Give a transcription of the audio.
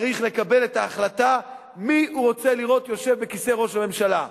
צריך לקבל את ההחלטה את מי הוא רוצה לראות יושב בכיסא ראש הממשלה.